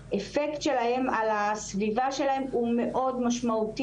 או לבני הנגב והגליל שנשארים במרחב וזוכים לשנה א' בשכר לימוד כמעט